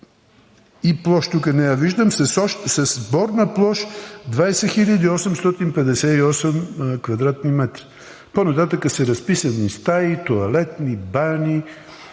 и площ – тук не я виждам, с бордна площ 20 858 кв. м. По-нататък са разписани стаи, тоалетни, бани.